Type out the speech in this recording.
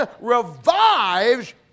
revives